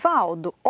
Valdo